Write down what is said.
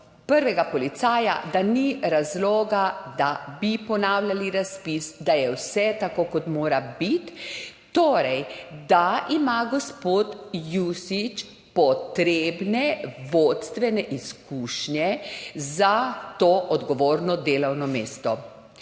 prvega policaja, da ni razloga, da bi ponavljali razpis, da je vse tako, kot mora biti, torej da ima gospod Jušić potrebne vodstvene izkušnje za to odgovorno delovno mesto.